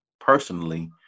personally